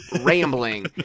rambling